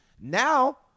now